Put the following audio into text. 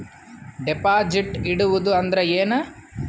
Deposit ಇಡುವುದು ಅಂದ್ರ ಏನ?